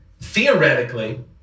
theoretically